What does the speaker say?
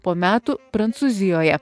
po metų prancūzijoje